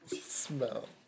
Smell